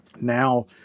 Now